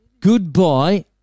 Goodbye